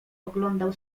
oglądał